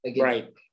Right